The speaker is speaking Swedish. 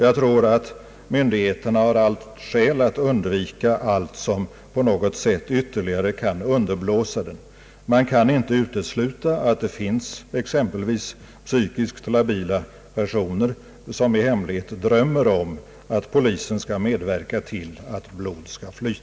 Jag tror att myndigheterna har allt skäl att undvika allting som på något sätt kan ytterligare underblåsa den. Man kan inte utesluta att det finns exempelvis psykiskt labila personer som i hemlighet drömmer om att polisen skall medverka till att blod skall flyta.